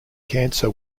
cancer